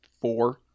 four